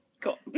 Cool